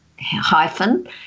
hyphen